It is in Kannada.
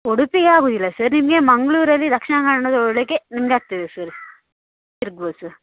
ಉಡುಪಿಗೆ ಆಗೋದಿಲ್ಲ ಸರ್ ನಿಮಗೆ ಮಂಗಳೂರಲ್ಲಿ ದಕ್ಷಿಣ ಕನ್ನಡದ ಒಳಗೆ ನಿಮಗೆ ಆಗ್ತದೆ ಸರ್ ಇರ್ಬೌದು ಸರ್